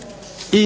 Hvala